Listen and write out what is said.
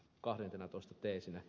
kahdentenatoista teesinä